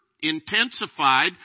intensified